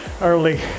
early